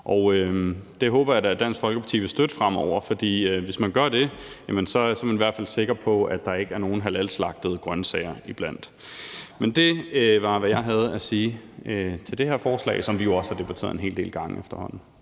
Det håber jeg da at Dansk Folkeparti vil støtte fremover, for hvis man gør det, er man i hvert fald sikker på, at der ikke er nogen halalslagtede grønsager iblandt. Det var, hvad jeg havde at sige til det her forslag, som vi jo også har debatteret en hel del gange efterhånden.